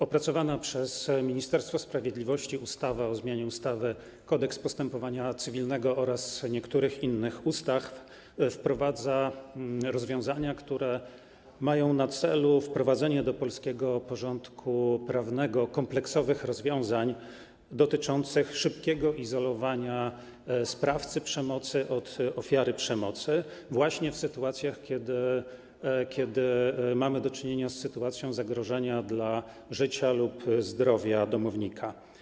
Opracowana przez Ministerstwo Sprawiedliwości ustawa o zmianie ustawy - Kodeks postępowania cywilnego oraz niektórych innych ustaw wprowadza rozwiązania, które mają na celu wprowadzenie do polskiego porządku prawnego kompleksowych rozwiązań dotyczących szybkiego izolowania sprawcy przemocy od ofiary przemocy właśnie w sytuacjach, kiedy mamy do czynienia z sytuacją zagrożenia dla życia lub zdrowia domownika.